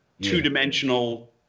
two-dimensional